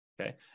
Okay